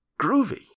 groovy